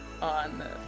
On